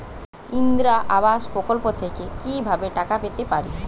ইন্দিরা আবাস প্রকল্প থেকে কি ভাবে টাকা পেতে পারি?